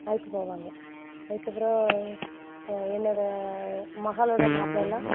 அதுக்குப் போவாங்க அதுக்கப்புறம் என்னோட மகளோட மாப்பிளெல்லாம்